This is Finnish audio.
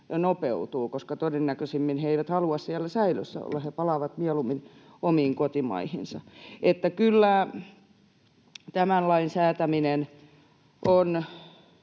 koska todennäköisimmin he eivät halua siellä säilössä olla vaan he palaavat mieluummin omiin kotimaihinsa. Tämän lain säätäminen